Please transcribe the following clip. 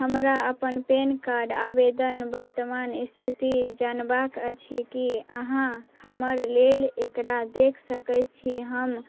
हमरा अपन PAN card आवेदन वर्तमान इस्थिति जानबाक अछि कि अहाँ हमर लेल एकरा देखि सकै छी हम